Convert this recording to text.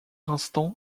instants